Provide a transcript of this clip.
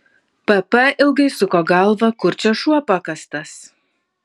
pp ilgai suko galvą kur čia šuo pakastas